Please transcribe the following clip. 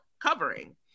covering